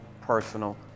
personal